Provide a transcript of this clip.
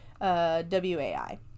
W-A-I